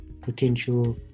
potential